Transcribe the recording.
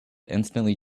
instantly